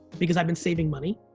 because i've been saving money,